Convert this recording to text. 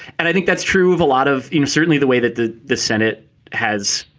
and i think that's true of a lot of you know certainly the way that the the senate has,